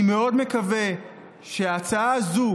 אני מאוד מקווה שההצעה הזאת,